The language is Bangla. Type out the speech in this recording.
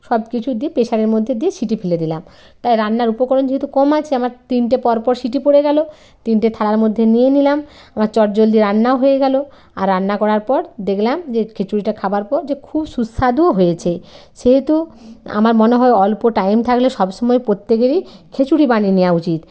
সব কিছু দিয়ে প্রেশারের মধ্যে দিয়ে সিটি ফেলে দিলাম তাই রান্নার উপকরণ যেহেতু কম আছে আমার তিনটে পর পর সিটি পড়ে গেল তিনটে থালার মধ্যে নিয়ে নিলাম আমার চট জলদি রান্নাও হয়ে গেল আর রান্না করার পর দেখলাম যে খিচুড়িটা খাওয়ার পর যে খুব সুস্বাদুও হয়েছে সেহেতু আমার মনে হয় অল্প টাইম থাকলে সব সময় প্রত্যেকেরই খিচুড়ি বানিয়ে নেওয়া উচিত